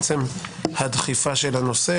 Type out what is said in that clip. עצם הדחיפה של הנושא,